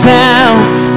house